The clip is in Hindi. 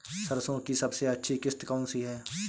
सरसो की सबसे अच्छी किश्त कौन सी है?